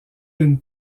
une